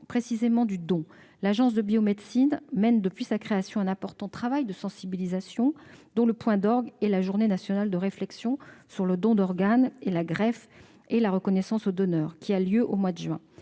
précisément du don, l'Agence de la biomédecine mène, depuis sa création, un important travail de sensibilisation, dont le point d'orgue est la Journée nationale de réflexion sur le don d'organes et la greffe et de reconnaissance aux donneurs, qui a lieu au mois de juin.